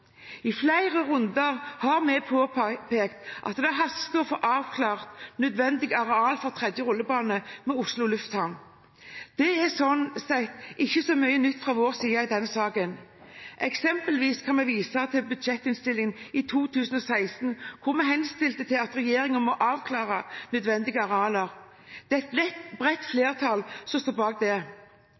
I flere runder har vi påpekt at det haster å få avklart nødvendig areal for en tredje rullebane ved Oslo lufthavn. Det er slik sett ikke så mye nytt fra vår side i den saken. Eksempelvis kan vi vise til budsjettinnstillingen for 2016, hvor vi henstilte regjeringen om å avklare nødvendige arealer. Et bredt flertall sto bak det.